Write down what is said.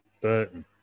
Burton